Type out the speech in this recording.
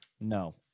No